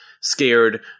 scared